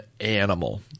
animal